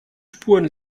spuren